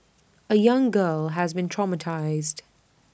A young girl has been traumatised